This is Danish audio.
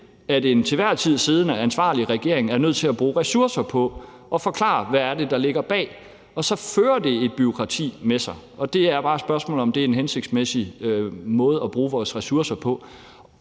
at en til enhver tid siddende, ansvarlig regering er nødt til at bruge ressourcer på at forklare, hvad det er, der ligger bag – og så fører det et bureaukrati med sig. Og der er det bare spørgsmålet, om det er en hensigtsmæssig måde at bruge vores ressourcer på.